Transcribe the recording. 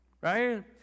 Right